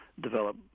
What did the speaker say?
develop